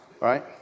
right